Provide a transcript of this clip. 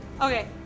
Okay